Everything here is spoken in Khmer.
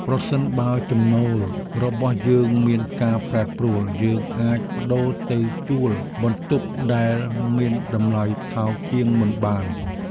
ប្រសិនបើចំណូលរបស់យើងមានការប្រែប្រួល យើងអាចប្តូរទៅជួលបន្ទប់ដែលមានតម្លៃថោកជាងមុនបាន។